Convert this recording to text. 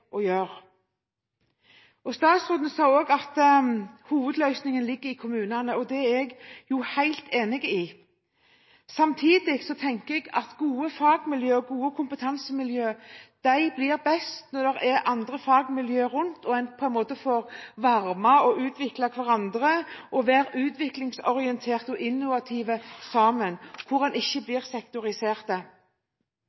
å gjøre, er å sette inn de store tiltakene. Statsråden sa også at hovedløsningen ligger i kommunene, og det er jeg helt enig i. Samtidig tenker jeg at gode fagmiljøer og gode kompetansemiljøer blir best når det er andre fagmiljøer rundt, der en får varmet og utviklet hverandre til å være utviklingsorienterte og innovative sammen, og hvor en ikke